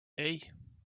hey